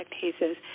cases